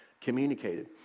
communicated